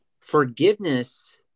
forgiveness